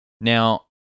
Now